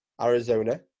Arizona